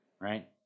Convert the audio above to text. right